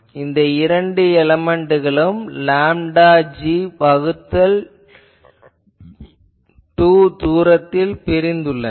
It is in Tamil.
இதில் இரண்டு எலமென்ட்களும் λg வகுத்தல் 2 தூரத்தில் பிரிந்துள்ளன